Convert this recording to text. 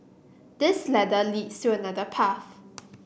this ladder leads to another path